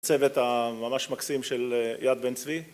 הצוות הממש מקסים של יד בן צבי